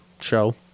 show